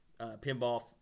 Pinball